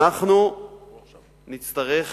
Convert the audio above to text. אנחנו נצטרך